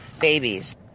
babies